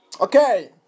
Okay